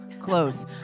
close